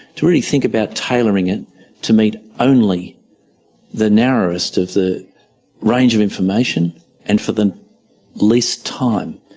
to really think about tailoring it to meet only the narrowest of the range of information and for the least time.